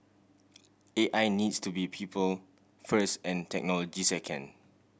A I needs to be people first and technology second